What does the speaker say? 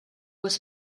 was